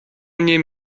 mnie